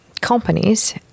companies